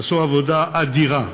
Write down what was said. הם עשו עבודה אדירה.